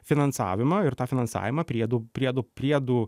finansavimą ir tą finansavimą priedų priedų priedų